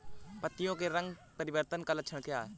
पत्तियों के रंग परिवर्तन का लक्षण क्या है?